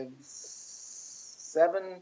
seven